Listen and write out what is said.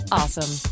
awesome